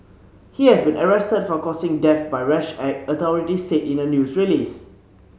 he has been arrested for causing death by rash act authorities said in a news release